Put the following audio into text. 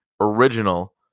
original